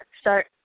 start